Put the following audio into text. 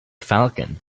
falcon